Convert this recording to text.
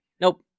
nope